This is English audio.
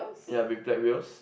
ya with black wheels